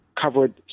covered